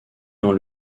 dans